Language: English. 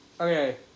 Okay